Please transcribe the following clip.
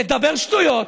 לדבר שטויות,